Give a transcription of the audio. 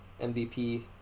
MVP